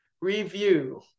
review